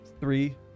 Three